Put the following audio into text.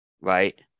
right